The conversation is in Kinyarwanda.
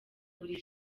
buri